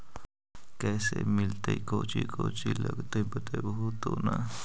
कैसे मिलतय कौची कौची लगतय बतैबहू तो न?